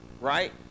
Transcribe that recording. Right